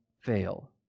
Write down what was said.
fail